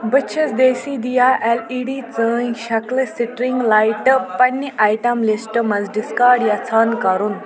بہٕ چھَس دیسی دِیا ایٚل اِی ڈی ژٲنٛگۍ شکلہِ سِٹرٛنٛگ لایٹہٕ پنٕنہِ آیٹم لِسٹہٕ منٛز ڈسکارڑ یَژھان کرُن